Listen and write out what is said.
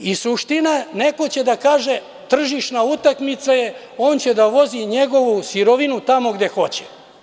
Suština je, neko će da kaže – tržišna utakmica je, on će da vozi njegovu sirovinu tamo gde hoće.